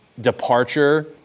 departure